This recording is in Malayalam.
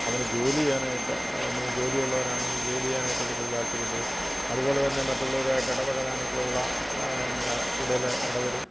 അവന് ജോലി ചെയ്യാനായിട്ട് അതിന് ജോലിയുള്ളവനാണെങ്കിൽ ജോലി ചെയ്യാനായിട്ട് കൂടുതൽ താൽപ്പര്യം വരും അതുപോലെ തന്നെ മറ്റുള്ളവരായിട്ട് ഇടപഴകാനൊക്കെയുള്ള പിന്നെ കൂടുതല് ഇട വരും